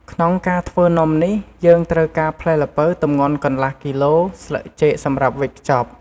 ក្នុងការធ្វើនំនេះ យើងត្រូវការផ្លែល្ពៅទម្ងន់កន្លះគីឡូ ស្លឹកចេកសម្រាប់វេចខ្ចប់។